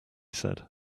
said